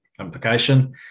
implication